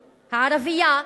הערבייה,